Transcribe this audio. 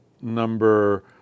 number